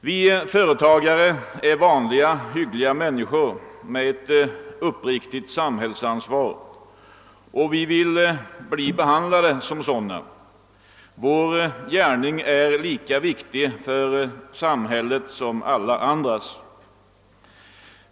Vi företagare är vanliga hyggliga människor med ett uppriktigt samhällsansvar, och vi vill bli behandlade som sådana. Vär gärning är lika viktig för samhället som alla andras.